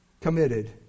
committed